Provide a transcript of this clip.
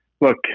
look